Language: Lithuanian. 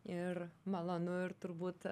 ir malonu ir turbūt